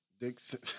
Dixon